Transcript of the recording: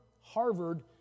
Harvard